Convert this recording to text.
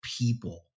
people